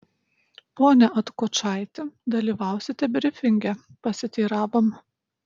pone atkočaiti dalyvausite brifinge pasiteiravom